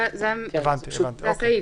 זה הסעיף.